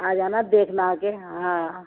آ جانا آپ دیکھنا آ کے ہاں